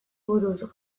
buruz